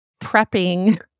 prepping